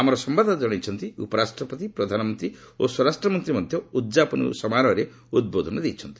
ଆମର ସମ୍ଭାଦଦାତା ଜଣାଇଛନ୍ତି ଉପରାଷ୍ଟ୍ରପତି ପ୍ରଧାନମନ୍ତ୍ରୀ ଓ ସ୍ୱରାଷ୍ଟ୍ର ମନ୍ତ୍ରୀ ମଧ୍ୟ ଉଦ୍ଯାପନୀ ସମାରୋହରେ ଉଦ୍ବୋଧନ ଦେଇଛନ୍ତି